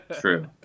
True